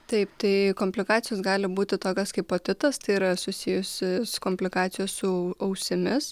taip tai komplikacijos gali būti tokios kaip otitas tai yra susijusi su komplikacija su ausimis